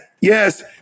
yes